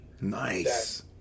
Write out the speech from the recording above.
nice